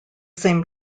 same